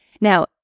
Now